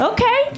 Okay